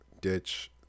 ditch